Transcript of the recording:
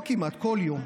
לא "כמעט" כל יום.